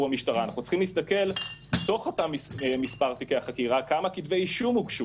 במשטרה אלא בתוך אותם תיקי חקירה כמה כתבי אישום הוגשו